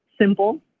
simple